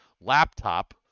laptop